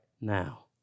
now